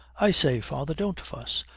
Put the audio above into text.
i say, father, don't fuss.